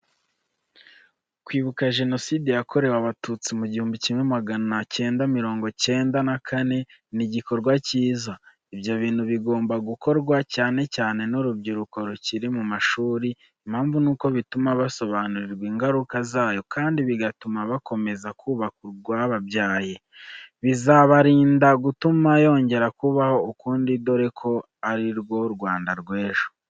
Kwibuka genoside yakorewe Abatutsi mu gihumbi kimwe magana cyenda mirongo icyenda na kane, ni igikorwa cyiza. Ibyo ni ibintu bigomba gukorwa cyane cyane n'urubyiruko rukiri mu mashuri. Impamvu nuko bituma basobanurirwa ingaruka zayo kandi bigatuma bakomeza kubaka urwababyaye. Bizabarinda gutuma yongera kubaho ukundi dore ko ari rwo Rwanda rw'ejo.